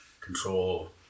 control